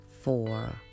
four